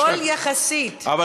הכול יחסי, הכול יחסי.